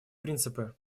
принципы